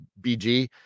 BG